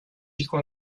hijo